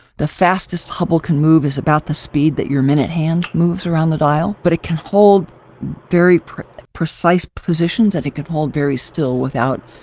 the fastest hubble can move is about the speed that your minute hand moves around the dial, but it can hold very precise positions and it can hold very still without,